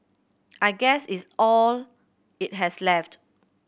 I guess it's all it has left